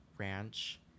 ranch